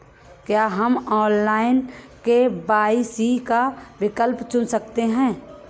क्या हम online KYC का विकल्प चुन सकते हैं?